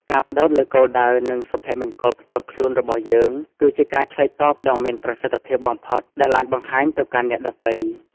ការផ្តោតលើគោលដៅ និងសុភមង្គលផ្ទាល់ខ្លួនរបស់យើង គឺជាការឆ្លើយតបដ៏មានប្រសិទ្ធភាពបំផុតដែលអាចបង្ហាញទៅកាន់អ្នកដទៃ។